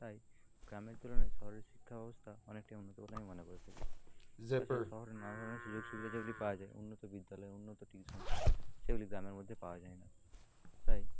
তাই গ্রামের তুলনায় শহরের শিক্ষা ব্যবস্থা অনেকটাই উন্নত বলে আমি মনে করে থাকি তা ছাড়া শহরে নানা ধরনের সুযোগ সুবিধা যেগুলি পাওয়া যায় উন্নত বিদ্যালয় উন্নত টিউশন সেগুলি গ্রামের মধ্যে পাওয়া যায় না তাই